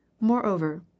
moreover